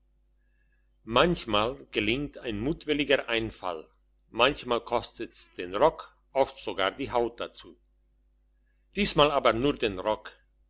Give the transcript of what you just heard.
manchmal gelingt ein mutwilliger einfall manchmal kostet's den rock oft sogar die haut dazu diesmal aber nur den rock